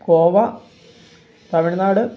Goa Tamil Nadu